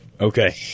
okay